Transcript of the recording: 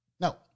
no